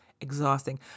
exhausting